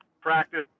practice